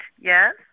Yes